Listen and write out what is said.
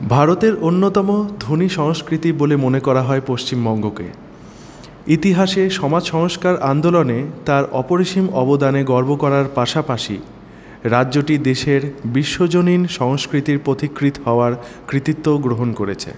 ভারতের অন্যতম ধনী সংস্কৃতি বলে মনে করা হয় পশ্চিমবঙ্গকে ইতিহাসে সমাজ সংস্কার আন্দোলনে তার অপরিসীম অবদানে গর্ব করার পাশাপাশি রাজ্যটি দেশের বিশ্বজনীন সংস্কৃতির পথিকৃৎ হওয়ার কৃতিত্ব গ্রহণ করেছে